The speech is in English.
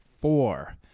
four